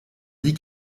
dit